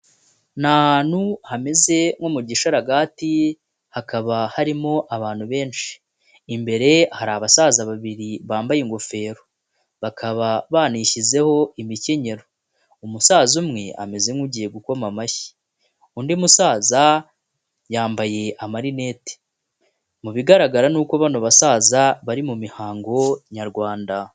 Ni ahantu hameze nko mu gisharagati hakaba harimo abantu benshi, imbere hari abasaza babiri bambaye ingofero bakaba banishyizeho imikenyero, umusaza umwe ameze nk'ugiye gukoma amashyi, undi musaza yambaye amarinete, mu bigaragara ni uko bano basaza bari mu mihango nyarwanda.